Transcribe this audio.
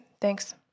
thanks